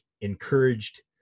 encouraged